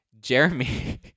Jeremy